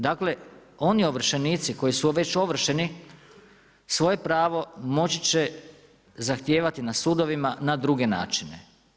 Dakle, oni ovršenici, koji su već ovršeni, svoje pravo moći će zahtijevati na sudovima na druge načine.